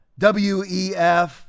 WEF